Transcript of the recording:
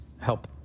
help